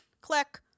Click